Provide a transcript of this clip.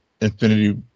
Infinity